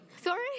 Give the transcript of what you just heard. Sorry